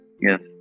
yes